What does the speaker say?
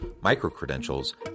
micro-credentials